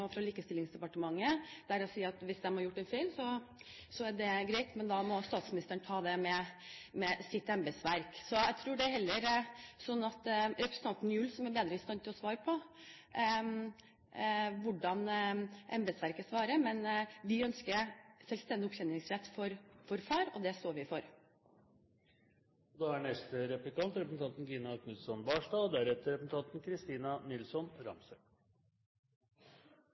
likestillingsdepartementet, der de sier at hvis de har gjort en feil, er det greit – men det må statsministeren ta opp med sitt embetsverk. Så jeg tror det heller er representanten Gjul som bedre er i stand til å svare på hvordan embetsverket svarer. Men vi ønsker selvstendig opptjeningsrett for far, og det står vi for.